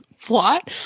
plot